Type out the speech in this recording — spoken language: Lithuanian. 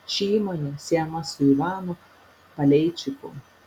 ši įmonė siejama su ivanu paleičiku